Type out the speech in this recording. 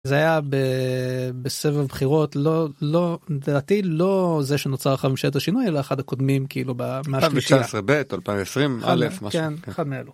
זה היה בסבב בחירות לא לא דעתי לא זה שנוצר חמישי את השינוי לאחד הקודמים כאילו בבקשה.